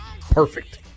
Perfect